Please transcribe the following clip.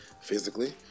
physically